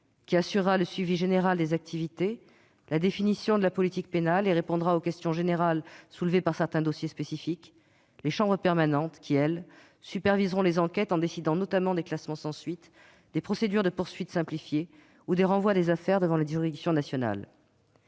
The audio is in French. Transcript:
qui assurera le suivi général des activités, la définition de la politique pénale et répondra aux questions générales soulevées par certains dossiers spécifiques ; les chambres permanentes, qui superviseront les enquêtes en décidant notamment des classements sans suite, des procédures de poursuite simplifiées ou des renvois des affaires devant les juridictions nationales.